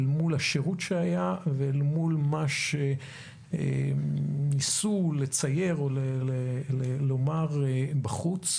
אל מול השירות שהיה ואל מול מה שניסו לצייר או לומר בחוץ.